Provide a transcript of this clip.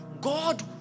God